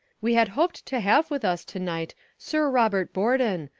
we had hoped to have with us to-night sir robert borden,